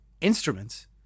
instruments